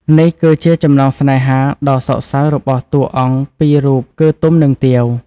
នេះគឺជាចំណងស្នេហាដ៏សោកសៅរបស់តួអង្គពីររូប គឺទុំ និងទាវ ។